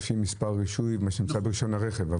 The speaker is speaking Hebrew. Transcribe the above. לפי מספר הרישוי, מה שנמצא ברישיון הרכב.